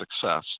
success